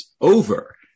over